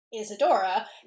Isadora